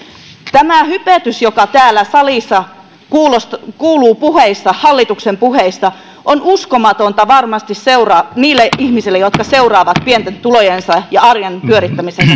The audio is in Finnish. tämä hypetys joka täällä salissa kuuluu hallituksen puheista on varmasti uskomatonta seurattavaa niille ihmisille jotka seuraavat tätä pienten tulojensa ja arjen pyörittämisensä